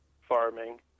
farming